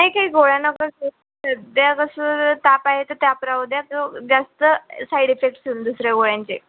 काही काही गोळ्या नका घेऊ सध्या कसं ताप आहे तर ताप राहू द्या जास्त साईड इफेक्टस् येईन दुसऱ्या गोळ्यांचे